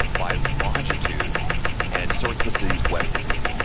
by longitude and it sorts the cities west to east.